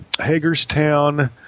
Hagerstown